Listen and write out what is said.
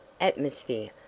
atmosphere